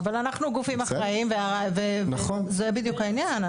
אבל אנחנו גופים אחראיים וזה בדיוק העניין.